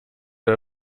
der